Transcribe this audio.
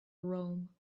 rome